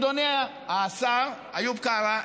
אדוני השר איוב קרא,